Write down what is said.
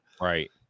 right